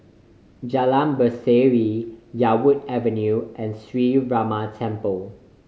Jalan Berseri Yarwood Avenue and Sree Ramar Temple